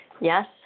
Yes